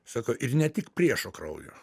sako ir ne tik priešo kraujo